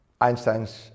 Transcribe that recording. Einstein's